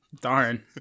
Darn